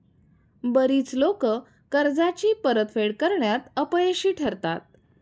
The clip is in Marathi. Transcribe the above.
बरीच लोकं कर्जाची परतफेड करण्यात अपयशी ठरतात